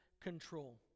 control